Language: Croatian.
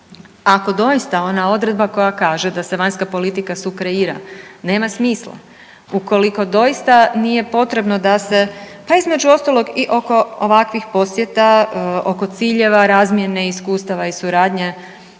Ako doista ona odredba koja kaže da se vanjska politika sukreira nema smisla, ukoliko doista nije potrebno da se, pa između ostalo i ovakvih posjeta, oko ciljeva razmjene iskustava i suradnje